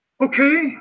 Okay